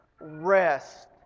rest